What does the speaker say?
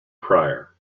prior